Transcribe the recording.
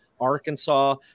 Arkansas